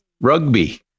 Rugby